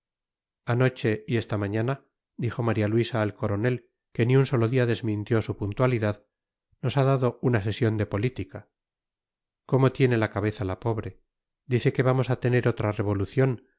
anoche y esta mañana dijo maría luisa al coronel que ni un solo día desmintió su puntualidad nos ha dado una sesión de política cómo tiene la cabeza la pobre dice que vamos a tener otra revolución